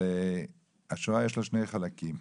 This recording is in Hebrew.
לשואה יש שני חלקים,